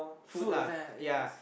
foods and yes